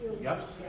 Yes